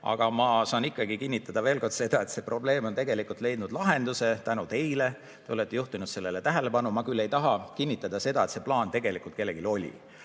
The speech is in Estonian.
aga ma saan kinnitada veel kord seda, et see probleem on tegelikult leidnud lahenduse tänu teile. Te olete juhtinud sellele tähelepanu. Ma küll ei taha kinnitada seda, et see plaan tegelikult kellelgi oli.